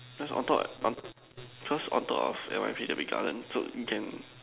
cause on top what first on top of N_Y_P there will be garden so you can